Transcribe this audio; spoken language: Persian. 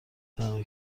تنها